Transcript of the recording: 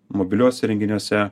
mobiliuose įrenginiuose